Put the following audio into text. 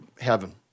heaven